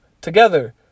Together